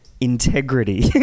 Integrity